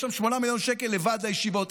יש שם 8 מיליון שקל לוועד הישיבות.